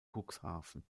cuxhaven